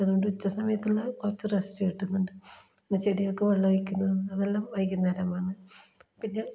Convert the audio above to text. അതുകൊണ്ട് ഉച്ചസമയത്തുള്ള കുറച്ച് റെസ്റ്റ് കിട്ടുന്നുണ്ട് പിന്നെ ചെടികൾക്ക് വെള്ളമൊഴിക്കുന്നതും അതെല്ലാം വൈകുന്നേരമാന്ന് പിന്നെ